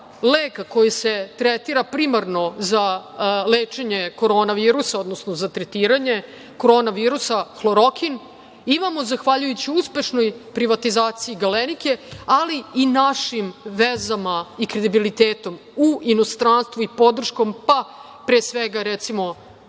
lek koji se tretira primarno za lečenje koronavirusa, odnosno za tretiranje koronavirusa – hlorokin, imamo zahvaljujući uspešnoj privatizaciji „Galenike“, ali i našim vezama i kredibilitetu u inostranstvu i podršci pre svega, recimo,